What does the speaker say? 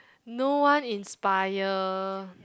no one inspire